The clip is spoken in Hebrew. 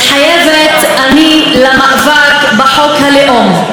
מתחייבת אני למאבק בחוק הלאום,